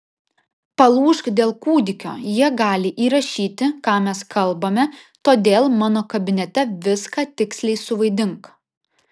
palūžk dėl kūdikio jie gali įrašyti ką mes kalbame todėl mano kabinete viską tiksliai suvaidink